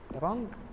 wrong